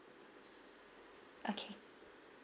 okay